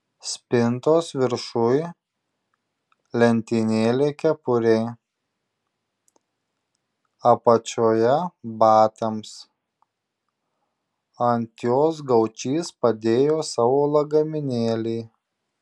spintos viršuj lentynėlė kepurei apačioje batams ant jos gaučys padėjo savo lagaminėlį